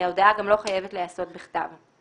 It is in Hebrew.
ההודעה גם לא חייבת להיעשות בכתב.